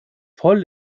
voll